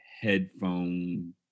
headphone